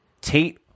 Tate